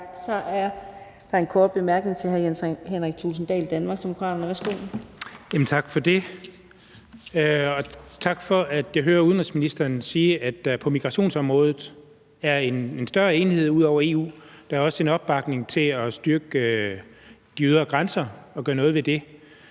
Så er der en kort bemærkning til hr. Jens Henrik Thulesen Dahl, Danmarksdemokraterne. Værsgo. Kl. 18:01 Jens Henrik Thulesen Dahl (DD): Tak. Og tak for det, jeg hører udenrigsministeren sige, om, at der på migrationsområdet er en større enighed i EU, og at der også er en opbakning til at styrke de ydre grænser og gøre noget ved det.